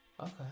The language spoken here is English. Okay